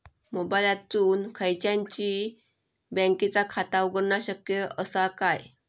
मोबाईलातसून खयच्याई बँकेचा खाता उघडणा शक्य असा काय?